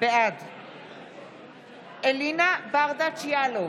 בעד אלינה ברדץ' יאלוב,